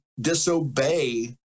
disobey